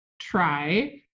try